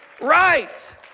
right